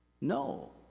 No